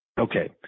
Okay